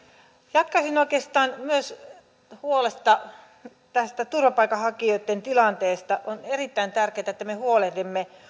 jatkaisin oikeastaan myös huolesta tästä turvapaikanhakijoitten tilanteesta on erittäin tärkeätä että me huolehdimme